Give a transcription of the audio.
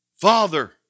Father